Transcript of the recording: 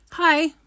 Hi